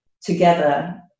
together